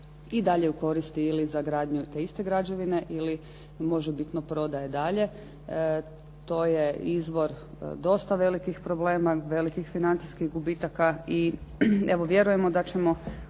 i dalje ju koristi ili za gradnju te iste građevine ili možebitno prodaje dalje. To je izvor dosta velikih problema, velikih financijskih gubitaka i vjerujemo da ćemo